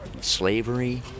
slavery